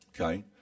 okay